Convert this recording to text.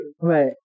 Right